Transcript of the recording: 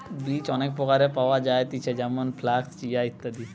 বীজ অনেক প্রকারের পাওয়া যায়তিছে যেমন ফ্লাক্স, চিয়া, ইত্যাদি